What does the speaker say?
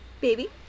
Baby